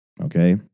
okay